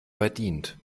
verdient